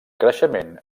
creixement